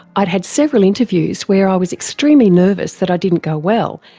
i'd had several interviews where i was extremely nervous that i didn't go well,